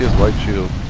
what you